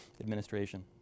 administration